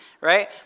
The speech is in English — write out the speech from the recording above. right